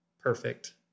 perfect